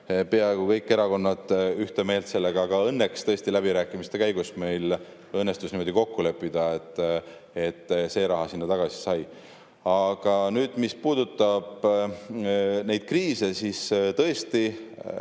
peaaegu kõik erakonnad ühte meelt. Aga õnneks tõesti läbirääkimiste käigus õnnestus meil niimoodi kokku leppida, et see raha sinna tagasi sai. Aga nüüd, mis puudutab neid kriise, siis kohe